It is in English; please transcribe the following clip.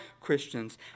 Christians